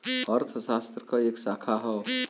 अर्थशास्त्र क एक शाखा हौ